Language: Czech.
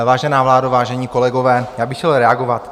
Vážená vládo, vážení kolegové, já bych chtěl reagovat.